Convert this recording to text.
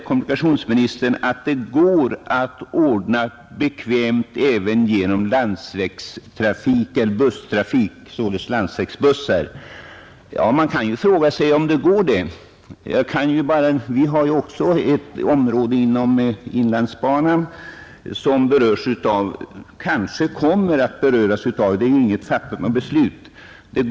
Kommunikationsministern sade att det går att ordna bekväma förbindelser även genom landsvägsbussar. Ja, är det möjligt att göra det? Vi har ju också ett område inom inlandsbanans sträckning som kanske kommer att beröras — det är inget beslut fattat.